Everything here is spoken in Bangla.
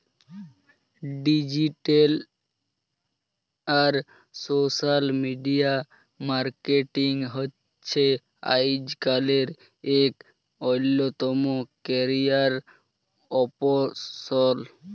ডিজিটাল আর সোশ্যাল মিডিয়া মার্কেটিং হছে আইজকের ইক অল্যতম ক্যারিয়ার অপসল